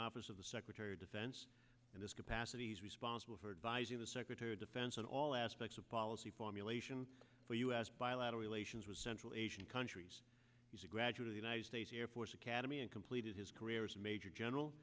office of the secretary of defense in this capacity he's responsible for devising the secretary of defense in all aspects of policy formulation for u s bilateral relations with central asian countries he's a graduate of the united states air force academy and completed his career as a major general